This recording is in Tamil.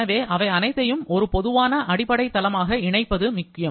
எனவே அவை அனைத்தையும் ஒரு பொதுவான அடிப்படை தளமாக இணைப்பது முக்கியம்